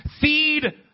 feed